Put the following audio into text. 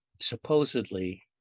supposedly